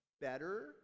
better